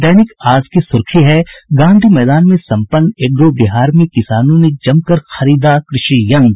दैनिक आज की सुर्खी है गांधी मैदान में सम्पन्न एग्रो बिहार में किसानों ने जमकर खरीदा कृषि यंत्र